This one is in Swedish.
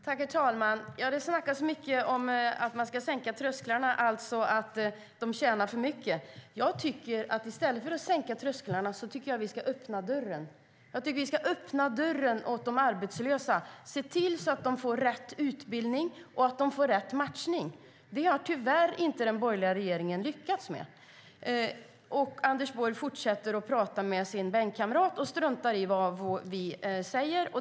Herr talman! Det pratas mycket om att man ska sänka trösklarna, alltså att löntagarna tjänar för mycket. I stället för att sänka trösklarna tycker jag att vi ska öppna dörren för de arbetslösa och se till att de får rätt utbildning och rätt matchning. Det har den borgerliga regeringen tyvärr inte lyckats med. Anders Borg fortsätter att prata med sin bänkkamrat och struntar i vad vi säger.